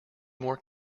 more